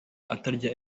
atarya